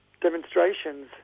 demonstrations